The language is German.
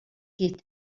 geht